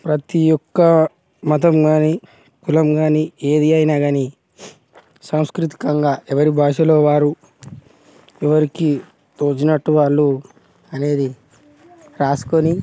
ప్రతి ఒక్క మతం గానీ కులం గాని ఏది అయినా గానీ సంస్కృతికంగా ఎవరి భాషలో వారు ఎవరికి తోచినట్టు వాళ్ళు అనేది రాసుకొని